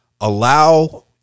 Allow